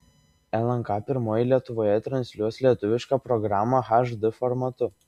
lnk pirmoji lietuvoje transliuos lietuvišką programą hd formatu